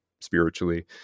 spiritually